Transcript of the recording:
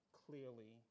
clearly